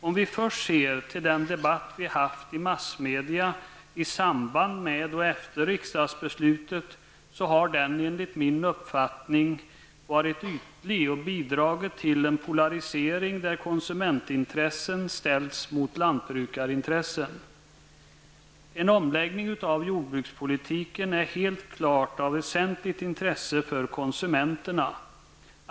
Om vi först ser till den debatt vi haft i massmedia i samband med och efter riksdagsbeslutet så har den enligt min uppfattning varit ytlig och bidragit till en polarisering där konsumentintressen ställts mot lantbrukarintressen. En omläggning av jordbrukspolitiken är helt klart av väsentligt intresse för konsumenterna.